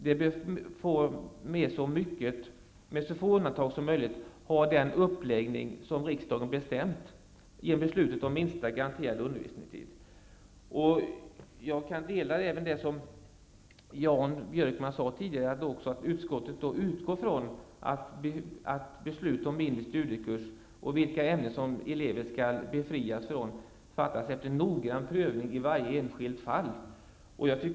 Det bör med så få undantag som möjligt ha den uppläggning som riksdagen bestämt genom beslutet om minsta garanterad undervisningstid. Jag kan instämma i det som Jan Björkman sade tidigare, att utskottet utgår från att beslut om mindre studiekurs och vilka ämnen eleven skall befrias från skall fattas efter noggrann prövning i varje enskilt fall.